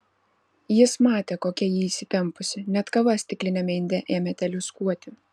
jis matė kokia ji įsitempusi net kava stikliniame inde ėmė teliūskuoti